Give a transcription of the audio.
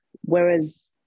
Whereas